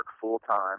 full-time